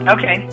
Okay